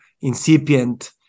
incipient